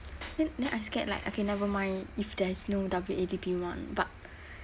then then I scared like okay nevermind if there is no W_A_D_P mod but